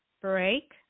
break